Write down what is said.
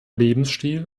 lebensstil